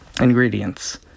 ingredients